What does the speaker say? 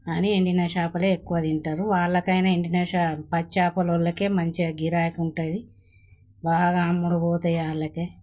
అనీ ఎండిన చేపలే ఎక్కువ తింటారు వాళ్ళకైనా ఎండిన చేప పచ్చి చేపలోలీకే మంచిగా గిరాకి ఉంటుంది బాగా అమ్ముడు పోతాయి వాళ్ళకే